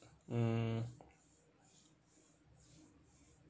mm